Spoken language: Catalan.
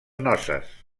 noces